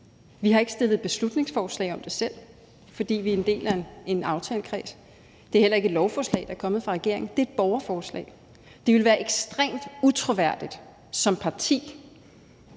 Vi har ikke selv fremsat beslutningsforslag om det, fordi vi er en del af en aftalekreds. Det er heller ikke et lovforslag, der er kommet fra regeringen. Det er et borgerforslag. Det ville være ekstremt utroværdigt som et parti